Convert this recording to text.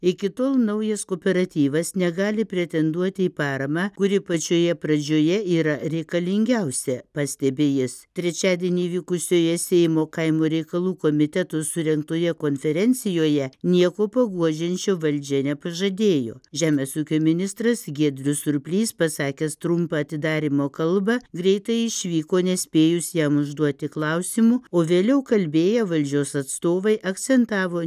iki tol naujas kooperatyvas negali pretenduoti į paramą kuri pačioje pradžioje yra reikalingiausia pastebėjęs trečiadienį vykusioje seimo kaimo reikalų komiteto surengtoje konferencijoje nieko paguodžiančio valdžia neprižadėjo žemės ūkio ministras giedrius surplys pasakęs trumpą atidarymo kalbą greitai išvyko nespėjus jam užduoti klausimų o vėliau kalbėję valdžios atstovai akcentavo